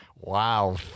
Wow